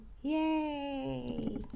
Yay